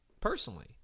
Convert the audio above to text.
personally